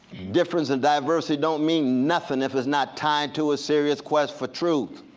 difference and diversity don't mean nothing if it's not tied to a serious quest for truth.